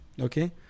okay